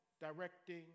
directing